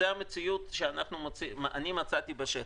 זאת המציאות שאני מצאתי בשטח.